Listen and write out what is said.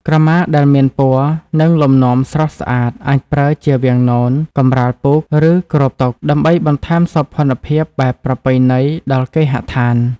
ក្រមាដែលមានពណ៌ និងលំនាំស្រស់ស្អាត អាចប្រើជាវាំងនន កម្រាលពូក ឬគ្របតុ ដើម្បីបន្ថែមសោភ័ណភាពបែបប្រពៃណីដល់គេហដ្ឋាន។